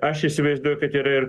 aš įsivaizduoju kad yra ir